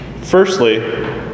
firstly